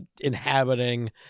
inhabiting